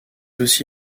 aussi